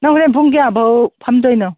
ꯅꯪ ꯍꯣꯔꯦꯟ ꯄꯨꯡ ꯀꯌꯥ ꯐꯥꯎ